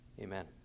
amen